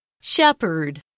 Shepherd